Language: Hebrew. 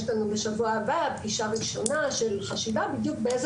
יש לנו בשבוע הבא פגישה ראשונה של חשיבה בדיוק באיזה